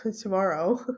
tomorrow